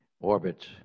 orbits